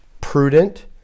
prudent